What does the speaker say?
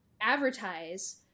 advertise